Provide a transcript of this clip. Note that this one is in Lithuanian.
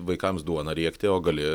vaikams duoną riekti o gali